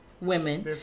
Women